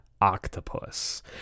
octopus